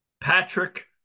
Patrick